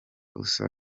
usa